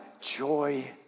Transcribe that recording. joy